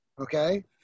Okay